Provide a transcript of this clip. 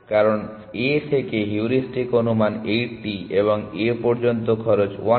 কারণ A থেকে heuristic অনুমান 80 এবং A পর্যন্ত খরচ 100